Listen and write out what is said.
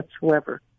whatsoever